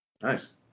Nice